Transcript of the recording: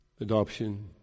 adoption